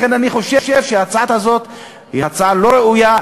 לכן אני חושב שההצעה הזאת היא הצעה לא ראויה,